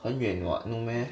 很远 [what] no meh